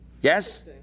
Yes